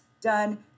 done